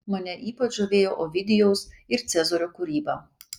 mane ypač žavėjo ovidijaus ir cezario kūryba